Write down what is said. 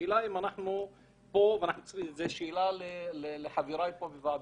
השאלה לחבריי הוועדה,